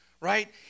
Right